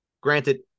Granted